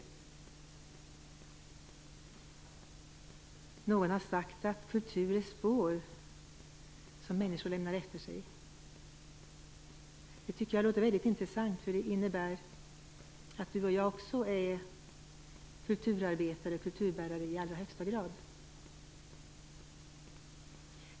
Någon har sagt att kultur är spår som människor lämnar efter sig. Det låter mycket intressant, eftersom det innebär att också du och jag är kulturarbetare och kulturbärare i allra högsta grad.